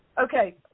Okay